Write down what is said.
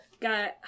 Got